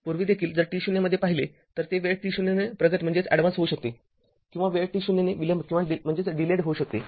पूर्वी देखील जर t0मध्ये पाहिले तर ते वेळ t0 ने प्रगत होऊ शकते किंवा वेळ t0ने विलंब होऊ शकते